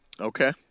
Okay